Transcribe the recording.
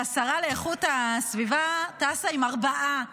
שהשרה לאיכות הסביבה טסה עם ארבעה שרים,